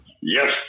Yes